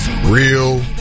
real